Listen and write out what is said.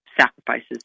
sacrifices